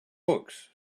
books